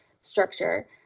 structure